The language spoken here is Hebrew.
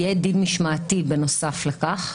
יהיה דין משמעתי בנוסף לכך.